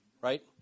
right